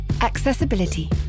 Accessibility